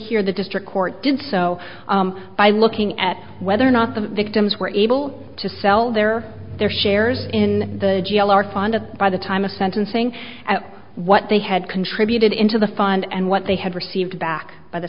here the district court did so by looking at whether or not the victims were able to sell their their shares in the g l are funded by the time of sentencing and what they had contributed into the fund and what they had received back by the